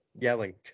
yelling